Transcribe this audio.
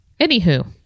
Anywho